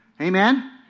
Amen